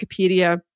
Wikipedia